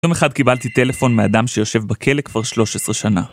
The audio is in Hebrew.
יום אחד קיבלתי טלפון מאדם שיושב בכלא כבר 13 שנה.